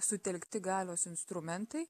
sutelkti galios instrumentai